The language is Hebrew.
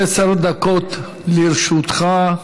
עשר דקות לרשותך.